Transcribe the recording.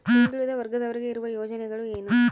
ಹಿಂದುಳಿದ ವರ್ಗದವರಿಗೆ ಇರುವ ಯೋಜನೆಗಳು ಏನು?